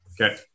Okay